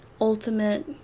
ultimate